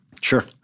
Sure